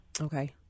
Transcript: Okay